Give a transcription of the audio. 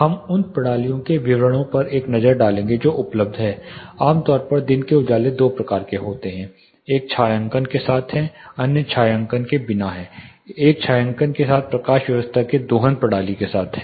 हम उन प्रणालियों के विवरणों पर एक नज़र डालेंगे जो उपलब्ध हैं आम तौर पर दिन के उजाले दो प्रकार के होते हैं एक छायांकन के साथ है अन्य छायांकन के बिना है एक छायांकन के साथ प्रकाश व्यवस्था के दोहन प्रणाली के साथ है